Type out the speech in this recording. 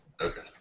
Okay